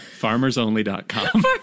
Farmersonly.com